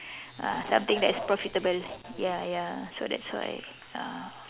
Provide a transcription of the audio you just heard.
ah something that is profitable ya ya so that's why ah